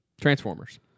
Transformers